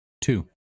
Two